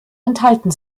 enthalten